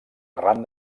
arran